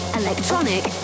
electronic